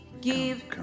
give